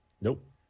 Nope